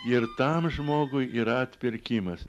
ir tam žmogui yra atpirkimas